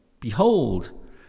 behold